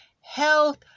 health